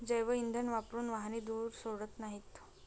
जैवइंधन वापरून वाहने धूर सोडत नाहीत